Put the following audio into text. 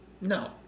No